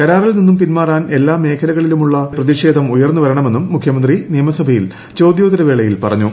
കരാറിൽ നിന്ന് പിന്മാറാൻ എല്ലാ മേഖലകളിലുമുള്ളവരുടെ പ്രതിഷേധം ഉയർന്നുവരണമെന്നും മുഖ്യമന്ത്രി നിയമസഭയിൽ ചോദ്യോത്തരവേളയിൽ പറഞ്ഞു